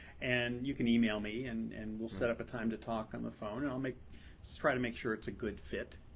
and you can email me and and we'll set up a time to talk on the phone. and i'll so try to make sure it's a good fit.